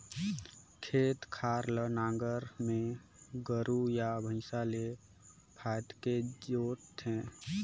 खेत खार ल नांगर में गोरू या भइसा ले फांदके जोत थे